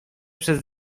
przez